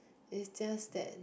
it's just then